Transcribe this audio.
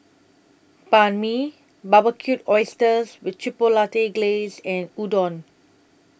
Banh MI Barbecued Oysters with Chipotle Glaze and Udon